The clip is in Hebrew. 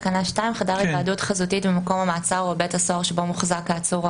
חדר היוועדות חזותית במקום המעצר או בבית הסוהר שבו מוחזק העצור או